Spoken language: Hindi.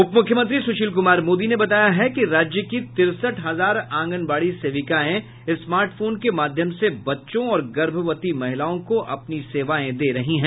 उप मुख्यमंत्री सुशील कुमार मोदी ने बताया कि राज्य की तिरसठ हजार आंगनबाड़ी सेविकाएं स्मार्टफोन के माध्यम से बच्चों और गर्भवती महिलाओं को अपनी सेवाएं दे रही हैं